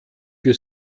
für